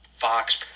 Fox